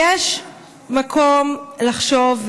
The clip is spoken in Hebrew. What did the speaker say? יש מקום לחשוב,